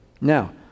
Now